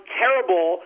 terrible